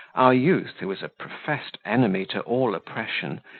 our youth, who was a professed enemy to all oppression,